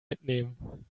mitnehmen